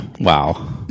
Wow